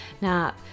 Now